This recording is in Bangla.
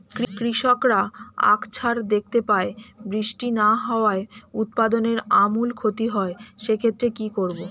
কৃষকরা আকছার দেখতে পায় বৃষ্টি না হওয়ায় উৎপাদনের আমূল ক্ষতি হয়, সে ক্ষেত্রে কি করব?